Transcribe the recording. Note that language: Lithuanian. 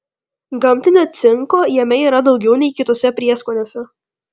gamtinio cinko jame yra daugiau nei kituose prieskoniuose